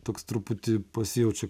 toks truputį pasijaučia